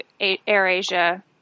AirAsia